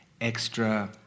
extra